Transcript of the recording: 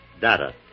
Data